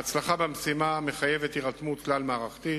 ההצלחה במשימה מחייבת הירתמות כלל-מערכתית,